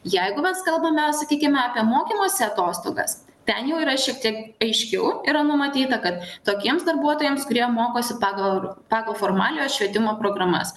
jeigu mes kalbame sakykime apie mokymosi atostogas ten jau yra šiek tiek aiškiau yra numatyta kad tokiems darbuotojams kurie mokosi pagal pagal formaliojo švietimo programas